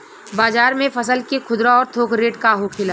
बाजार में फसल के खुदरा और थोक रेट का होखेला?